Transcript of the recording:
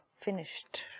finished